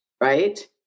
right